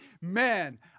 Man